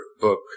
book